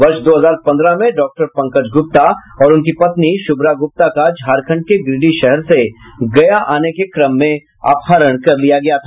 वर्ष दो हजार पन्द्रह में डॉक्टर पंकज गुप्ता और उनकी पत्नी शुभ्रा गुप्ता का झारखंड के गिरीडीह शहर से गया आने के क्रम में अपहरण कर लिया गया था